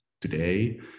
Today